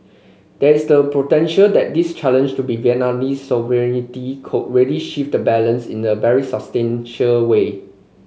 there is the potential that this challenge to Vietnamese sovereignty could really shift the balance in the very substantial way